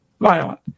violent